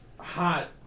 hot